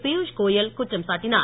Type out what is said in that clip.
பியூஷ் கோயல் குற்றம் சாட்டினார்